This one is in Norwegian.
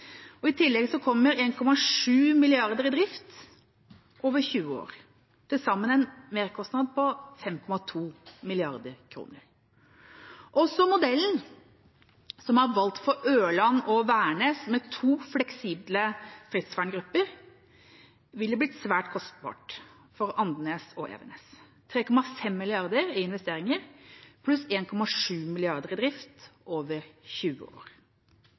I tillegg kommer 1,7 mrd. kr i drift over 20 år – til sammen en merkostnad på 5,2 mrd. kr. Også modellen som er valgt for Ørland og Værnes med to fleksible stridsverngrupper, ville blitt svært kostbar for Andenes og Evenes, 3,5 mrd. kr i investeringer pluss 1,7 mrd. kr i drift over 20 år.